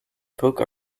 poke